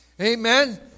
Amen